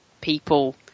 people